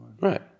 Right